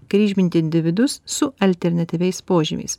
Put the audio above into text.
kryžminti individus su alternatyviais požymiais